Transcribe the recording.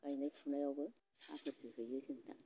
गायनाय फुनायावबो साहाफोरखौ होयो जों दा